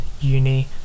uni